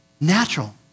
natural